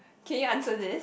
can you answer this